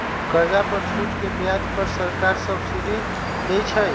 कर्जा पर छूट के ब्याज पर सरकार सब्सिडी देँइ छइ